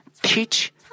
teach